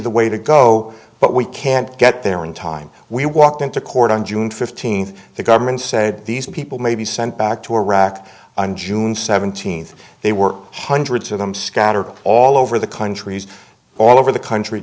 the way to go but we can't get there in time we walked into court on june fifteenth the government said these people may be sent back to iraq on june seventeenth they were hundreds of them scattered all over the countries all over the country